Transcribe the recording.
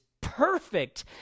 perfect